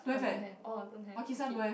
oh don't have orh don't have okay